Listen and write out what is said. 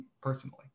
personally